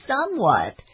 somewhat